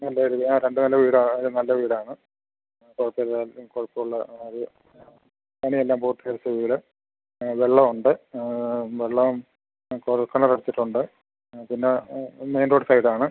നല്ല ഒരു ആ രണ്ട് നില വീടാണ് അത് നല്ല വീടാണ് കുഴപ്പം ഇല്ലാത്ത കുഴപ്പം ഇല്ല അത് പണിയെല്ലാം പൂർത്തീകരിച്ച വീട് വെള്ളം ഉണ്ട് വെള്ളം ആ കുഴൽ കിണറെടുത്തിട്ട് ഉണ്ട് ആ പിന്നെ മെയിൻ റോഡ് സൈഡാണ്